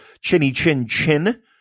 chinny-chin-chin